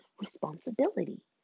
responsibility